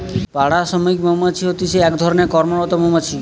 পাড়া শ্রমিক মৌমাছি হতিছে এক ধরণের কর্মরত মৌমাছি